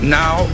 now